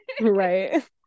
right